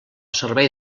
servei